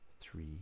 three